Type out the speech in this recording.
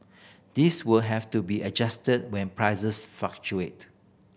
these will have to be adjusted when prices fluctuate